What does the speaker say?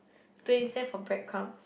twenty cents for like bread crumb